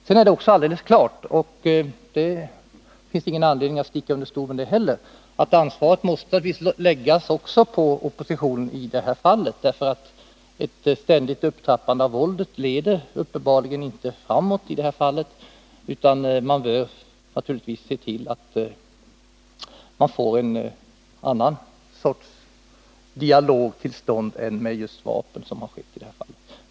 Sedan är det alldeles klart — och det finns ingen anledning att sticka under stol med det — att ansvaret också måste läggas på oppositionen i det här fallet. Ett ständigt upptrappande av våldet leder uppenbarligen inte framåt, utan man bör naturligtvis se till att man får en annan sorts dialog till stånd än den som förs med vapen.